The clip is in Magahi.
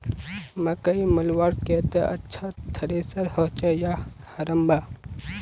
मकई मलवार केते अच्छा थरेसर होचे या हरम्बा?